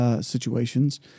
situations